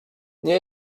nie